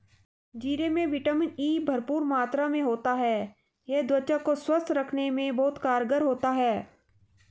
जीरे में vitamin E भरपूर मात्रा में होता है यह त्वचा को स्वस्थ रखने में बहुत कारगर होता है